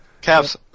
Caps